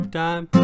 time